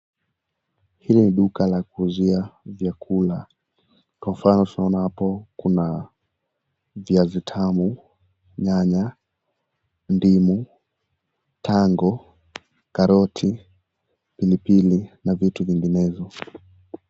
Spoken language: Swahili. Hili ni duka la kuuzia vyakula. Kwa mfano, tunaona hapo kuna viazi tamu, nyanya, ndimu, tango, karoti, pilipili, na vitu vinginevyo.